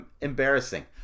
embarrassing